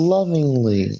Lovingly